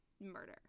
murder